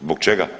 Zbog čega?